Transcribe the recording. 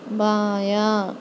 بایاں